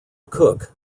cook